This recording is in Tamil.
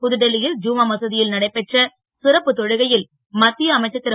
புதுடெல்லி ல் ஜும்மா மத ல் நடைபெற்ற சிறப்பு தொழுகை ல் மத் ய அமைச்சர் ரு